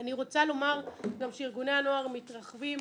אני רוצה לומר גם שארגוני הנוער מתרחבים.